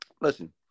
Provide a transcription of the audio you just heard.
Listen